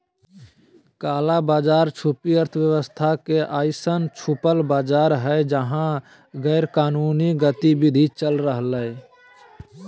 काला बाज़ार छुपी अर्थव्यवस्था के अइसन छुपल बाज़ार हइ जहा गैरकानूनी गतिविधि चल रहलय